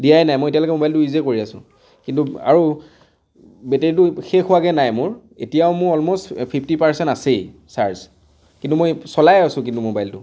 দিয়াই নাই মই এতিয়ালৈকে মোবাইলটো ইউজেই কৰি আছোঁ কিন্তু আৰু বেটেৰীটো শেষ হোৱাগৈ নাই মোৰ এতিয়াও মোৰ অলম'ষ্ট ফিফটী পাৰচেন্ট আছেই চাৰ্জ কিন্তু মই চলায়েই আছোঁ কিন্তু মোবাইলটো